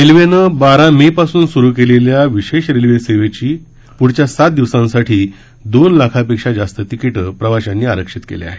रेल्वेनं बारा मे ासून सुरू केलेल्या विशेष रेल्वे सेवेची ढच्या सात दिवसांसाठी दोन लाखापेक्षा जास्त तिकिटं प्रवाशांनी आरक्षित केली आहेत